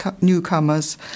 newcomers